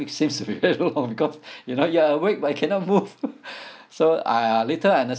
it seems to be very long because you know you are awake but you cannot move so uh later I under~